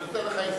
אני עולה אחריו,